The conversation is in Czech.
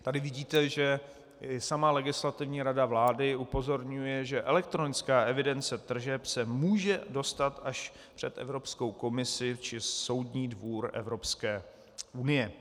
Tady vidíte, že sama Legislativní rada vlády upozorňuje, že elektronická evidence tržeb se může dostat až před Evropskou komisi či Soudní dvůr Evropské unie.